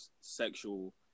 sexual